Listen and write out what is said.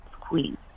Queen